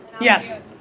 Yes